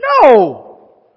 No